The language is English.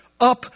Up